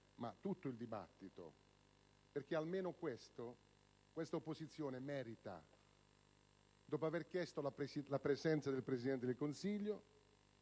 ma tutto il dibattito perché questa opposizione, dopo aver chiesto la presenza del Presidente del Consiglio,